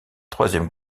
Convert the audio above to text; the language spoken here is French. troisième